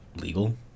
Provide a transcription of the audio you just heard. legal